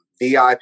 VIP